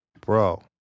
bro